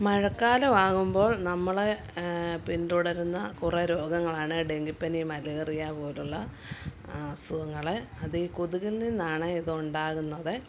മഴക്കാലമാകുമ്പോൾ നമ്മളെ പിന്തുടരുന്ന കുറേ രോഗങ്ങളാണ് ഡെങ്കിപ്പനി മലേറിയ പോലുള്ള അസുഖങ്ങൾ അത് ഈ കൊതുകിൽനിന്നാണ് ഇത് ഉണ്ടാകുന്നത്